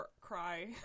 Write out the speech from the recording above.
cry